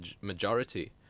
majority